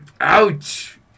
Ouch